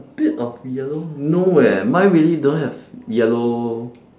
a bit of yellow no eh mine really don't have yellow